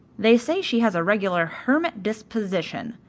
they say she has a regular hermit disposition.